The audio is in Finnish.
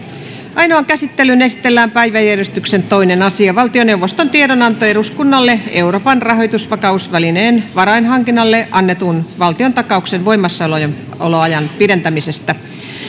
ainoaan käsittelyyn esitellään päiväjärjestyksen toinen asia valtioneuvoston tiedonanto eduskunnalle euroopan rahoitusvakausvälineen varainhankinnalle annetun valtiontakauksen voimassaoloajan pidentämisestä